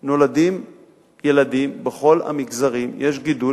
נולדים ילדים בכל המגזרים, יש גידול,